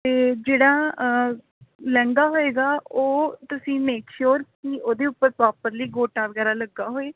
ਅਤੇ ਜਿਹੜਾ ਲਹਿੰਗਾ ਹੋਏਗਾ ਉਹ ਤੁਸੀਂ ਮੇਕ ਸ਼ੋਅਰ ਕਿ ਉਹਦੇ ਉੱਪਰ ਪ੍ਰੋਪਰਲੀ ਗੋਟਾ ਵਗੈਰਾ ਲੱਗਾ ਹੋਏ